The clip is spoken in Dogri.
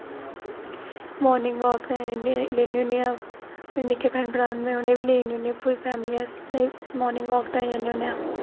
मॉर्निंग वॉक ताहीं लैन्नी होनी आं नि'क्के भैन भ्राऽ न में उ'नें गी बी लेई जन्नी होनी आं पूरी फैमली अस मॉर्निंग वॉक ताहीं जन्ने होने आं